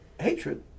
hatred